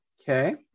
Okay